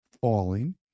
falling